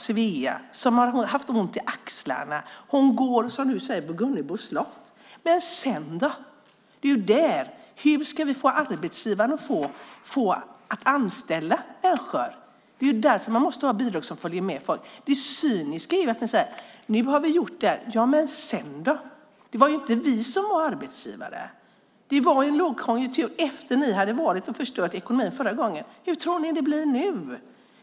Svea, som har haft ont i axlarna, går som du säger vid Gunnebo slott. Men sedan då? Problemet är hur vi ska få arbetsgivarna att anställa människor? Det är ju därför man måste ha bidrag som följer med folk. Det cyniska är att ni säger: Nu har ni gjort det här. Ja, men sedan då? Det var ju inte vi som var arbetsgivare. Det var en lågkonjunktur efter det att ni hade varit inne och förstört ekonomin förra gången. Hur tror ni att det blir nu?